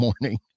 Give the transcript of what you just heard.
morning